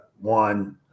One